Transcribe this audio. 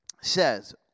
says